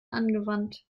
angewandt